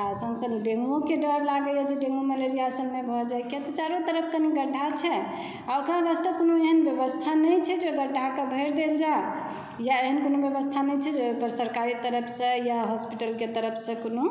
आ सङ्ग सङ्ग डेन्गूओ के डर लागैए जे डेन्गू मलेरिआ सभ नहि भऽ जाइ कियातऽ चारु तरफ कनि गड्ढा छै आ ओकरा वास्ते कोनो एहन व्यवस्था नहि छै जे गड्ढाके भरि देल जाए या एहन कोनो व्यवस्था नहि छै जे ओहिपर सरकारी तरफसँ या हॉस्पिटलकेँ तरफसँ कोनो